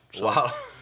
Wow